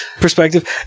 perspective